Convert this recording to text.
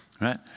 right